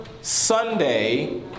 Sunday